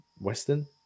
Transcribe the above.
western